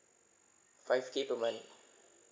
five K per month